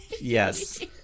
yes